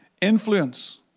influence